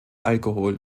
alkohol